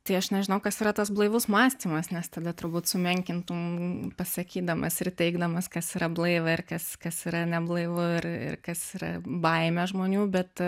tai aš nežinau kas yra tas blaivus mąstymas nes tada turbūt sumenkintumei pasakydamas ir teigdamas kas yra blaiva ir kas kas yra neblaivus ir kas yra baimę žmonių bet